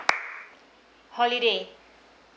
holiday